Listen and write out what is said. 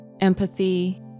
empathy